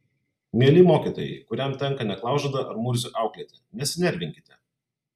mieli mokytojai kuriam tenka neklaužadą ar murzių auklėti nesinervinkite